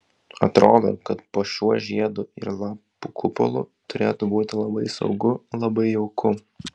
atrodo kad po šiuo žiedų ir lapų kupolu turėtų būti labai saugu labai jauku